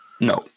No